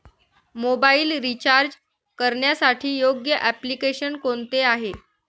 Mobile recharge करण्यासाठी योग्य application कोणते आहे?